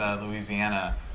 Louisiana